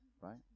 right